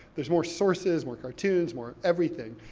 there's more sources, more cartoons, more everything.